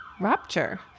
rapture